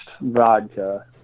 vodka